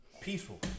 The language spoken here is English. peaceful